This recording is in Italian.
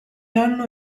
anno